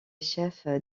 chefs